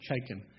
taken